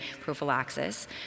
prophylaxis